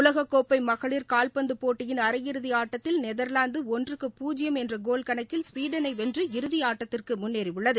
உலகக்கோப்பை மகளிர் காவ்பந்து போட்டியின் அரையிறுதி ஆட்டத்தில் நெதர்வாந்து ஒன்றுக்கு பூஜ்பம் என்ற கோல் கணக்கில் ஸ்வீடனை வென்று இறதி ஆட்டத்திற்கு முன்னேறியுள்ளது